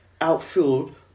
Outfield